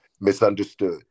Misunderstood